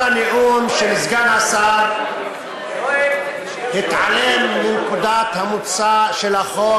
כל הנאום של סגן השר התעלם מנקודת המוצא של החוק,